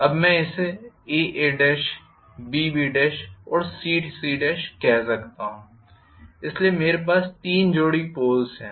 अब मैं इसे AA BBऔर CC कह सकता हूं इसलिए मेरे पास तीन जोड़ी पोल्स हैं